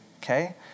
okay